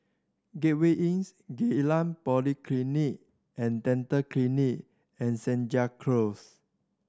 Gateway Inn Geylang Polyclinic And Dental Clinic and Senja Close